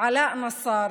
עלאא נסאר,